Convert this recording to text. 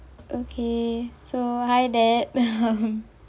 okay so hi dad